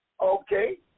Okay